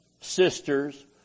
sisters